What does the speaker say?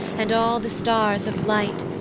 and all the stars of light,